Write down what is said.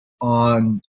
on